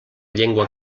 llengua